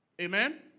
Amen